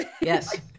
Yes